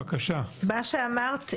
תני לנו נתונים